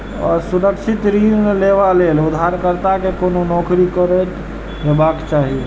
असुरक्षित ऋण लेबा लेल उधारकर्ता कें कोनो नौकरी करैत हेबाक चाही